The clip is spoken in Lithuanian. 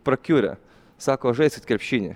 prakiurę sako žaiskit krepšinį